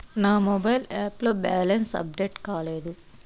నా mobile app లో balance update కాలేదు